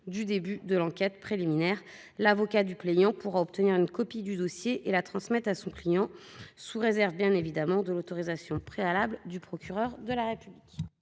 du début de l'enquête préliminaire. L'avocat du plaignant pourra obtenir une copie du dossier et la transmettre à son client sous réserve, bien évidemment, de l'autorisation préalable du procureur de la République.